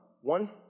One